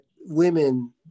women